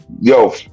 yo